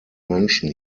menschen